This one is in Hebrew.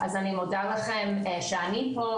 אז אני מודה לכם שאני פה,